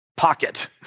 pocket